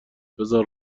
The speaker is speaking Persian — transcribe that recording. بذار